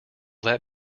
that